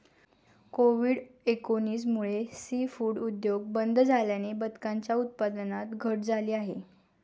Covid एकोणीस मुळे seafood उद्योग बंद झाल्याने बदकांच्या उत्पादनात घट झाली आहे